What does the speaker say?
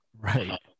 Right